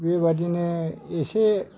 बेबायदिनो एसे